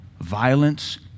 violence